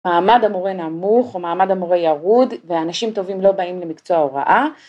מעמד המורה נמוך, או מעמד המורה ירוד, ואנשים טובים לא באים למקצוע הוראה,